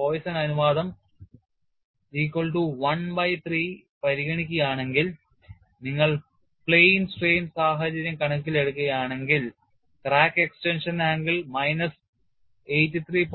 Poisson അനുപാതം equal to 1 by 3 പരിഗണിക്കുകയാണെങ്കിൽ നിങ്ങൾ plain സ്ട്രെയിൻ സാഹചര്യം കണക്കിലെടുക്കുകയാണെങ്കിൽ ക്രാക്ക് എക്സ്റ്റൻഷൻ ആംഗിൾ മൈനസ് 83